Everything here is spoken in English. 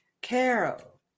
Carol